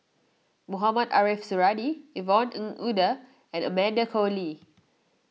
Mohamed Ariff Suradi Yvonne Ng Uhde and Amanda Koe Lee